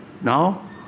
now